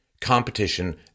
competition